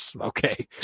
okay